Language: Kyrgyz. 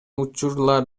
учурлар